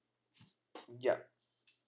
yup